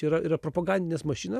yra yra propagandinės mašina